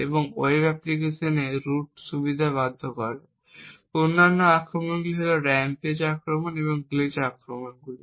এবং ওয়েব অ্যাপ্লিকেশনগুলিকে রুট সুবিধা পেতে বাধ্য করে। অন্যান্য আক্রমণগুলি হল র্যাম্পেজ আক্রমণ এবং গ্লিচ আক্রমণগুলি